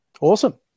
Awesome